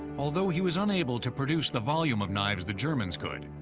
although he was unable to produce the volume of knives the germans could,